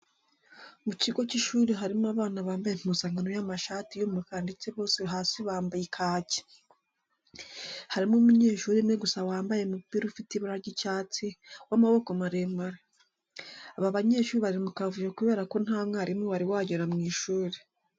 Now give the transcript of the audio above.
Mu kigo cy'ishuri harimo abana bambaye impuzankano y'amashati y'umukara ndetse bose hasi bambaye kaki. Harimo umunyeshuri umwe gusa wambaye umupira ufite ibara ry'icyasti w'amaboko maremare. Aba banyeshuri bari mu kavuyo kubera ko nta mwarimu wari wagera mu ishuri.